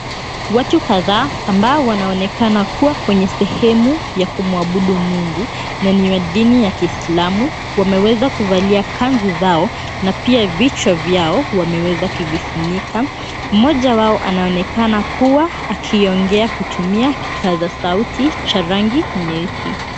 Watu kadhaa ambao wanaonekana kuwa kwenye sehemu ya kumwabudu Mungu na ni ya dini ya kiislamu wameweza kuvalia kanzu zao na pia vichwa vyao wameweza kuvifunika. Mmoja wao anaonekana kuwa akiongea kutumia kipaza sauti cha rangi nyeusi.